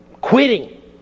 Quitting